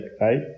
right